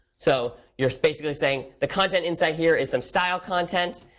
so you're basically saying, the content inside here is some style content.